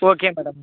okay madam